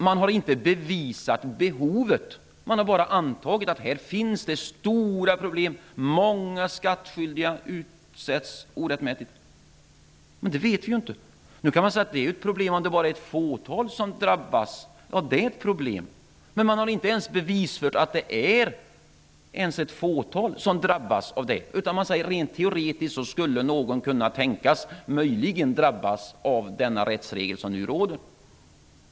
Man har inte bevisat behovet. Man har bara antagit att det finns stora problem, att många skattskyldiga drabbas orättmätigt. Men det vet vi inte. Det kan sägas vara ett problem om det bara är ett fåtal som drabbas. Ja, det är ett problem, men man har inte bevisfört att det ens är ett fåtal som drabbas, utan man säger att någon möjligen, rent teoretiskt, skulle kunna tänkas drabbas av denna rättsregel som nu gäller.